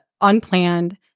unplanned